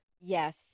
Yes